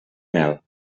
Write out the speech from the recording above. mel